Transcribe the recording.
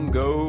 go